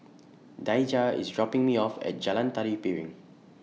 Daija IS dropping Me off At Jalan Tari Piring